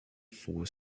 for